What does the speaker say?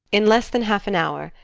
in less than half an hour.